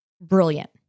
brilliant